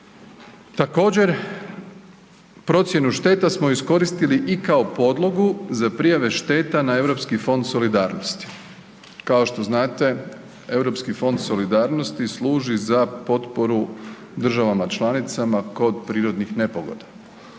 Također, procjenu šteta smo iskoristili i kao podlogu za prijavu šteta na Europski fond solidarnosti, kao što znate Europski fond solidarnosti služi za potporu državama članicama kod prirodnih nepogoda.